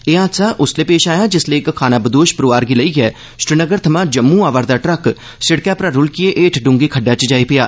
एह हादसा उसलै पेश आया जिसलै इक खानाबदोश परोआर गी लेइयै श्रीनगर थमां जम्मू आवा'रदा ट्रक सिड़कै परा रूलकियै हेठ डूंहगी खड्ढै च जाई पेआ